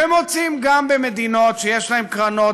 ומוצאים גם במדינות שיש להן קרנות